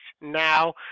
now